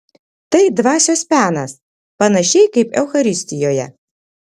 tai dvasios penas panašiai kaip eucharistijoje